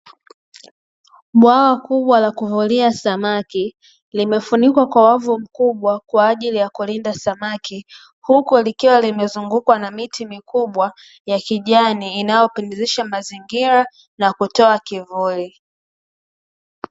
Bwawa kubwa la kuvulia samaki limefunikwa kwa wavu mkubwa kwa ajili ya kulinda samaki, huku likiwa limezungukwa na miti mikubwa ya kijani inayopendezesha mazingira na kutoa kivuli.